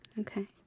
Okay